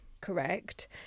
correct